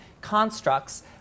constructs